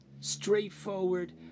straightforward